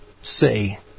say